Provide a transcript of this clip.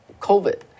COVID